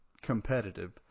competitive